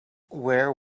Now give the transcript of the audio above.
where